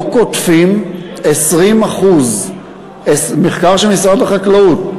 לא קוטפים 20% מחקר של משרד החקלאות,